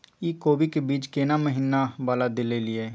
इ कोबी के बीज केना महीना वाला देलियैई?